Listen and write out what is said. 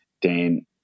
Dan